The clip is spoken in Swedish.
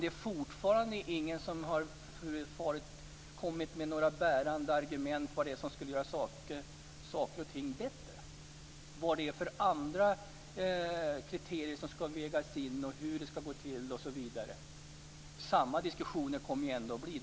Det är fortfarande ingen som har kommit med några bärande argument över vad det är som skulle bli bättre, vilka andra kriterier som skall vägas in, hur det skall gå till osv. Det blir samma diskussioner i alla fall.